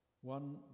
One